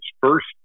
first